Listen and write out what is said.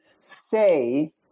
say